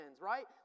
right